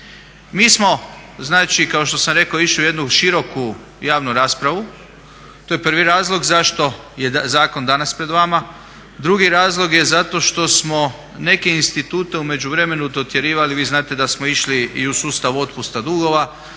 Mi smo, znači kao što sam rekao išli u jednu široku javnu raspravu. To je prvi razlog zašto je zakon danas pred vama. Drugi razlog je zato što smo neke institute u međuvremenu dotjerivali, vi znate da smo išli i u sustav otpusta dugova,